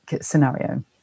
scenario